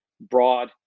broad